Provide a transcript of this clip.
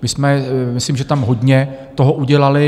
My jsme myslím tam hodně toho udělali.